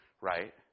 right